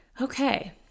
Okay